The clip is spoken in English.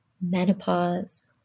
menopause